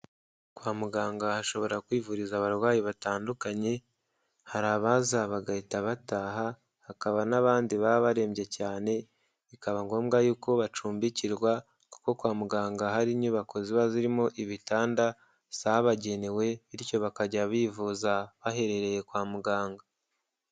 Kwa muganga hashobora kwivuriza abarwayi batandukanye, hari abaza bagahita bataha, hakaba n'abandi baba barembye cyane, bikaba ngombwa y'uko bacumbikirwa kuko kwa muganga hari inyubako ziba zirimo ibitanda zabagenewe, bityo bakajya bivuza baherereye kwa muganga.